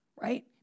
Right